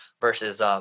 versus